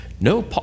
no